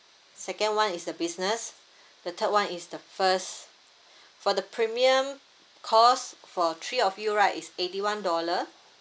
second one is the business the third one is the first for the premium cost for three of you right is eighty one dollar